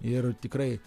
ir tikrai